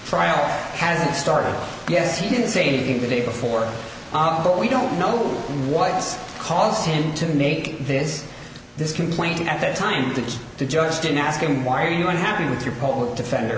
trial hasn't started yet he didn't say anything the day before but we don't know what's causing him to make this this complaint at the time that the judge didn't ask him why you are happy with your public defender